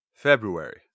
February